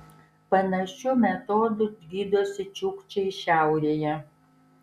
panašiu metodu gydosi čiukčiai šiaurėje